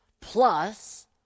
plus